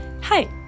Hi